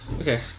okay